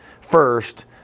first